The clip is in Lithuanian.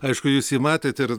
aišku jūs jį matėt ir